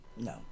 No